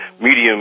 medium